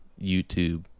YouTube